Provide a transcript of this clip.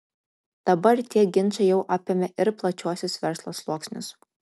dabar tie ginčai jau apėmė ir plačiuosius verslo sluoksnius